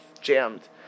jammed